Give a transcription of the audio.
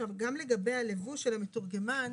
גם לגבי הלבוש של המתורגמן,